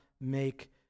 make